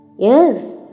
Yes